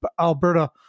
Alberta